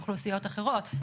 באוכלוסיות אחרות,